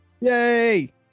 Yay